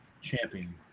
champion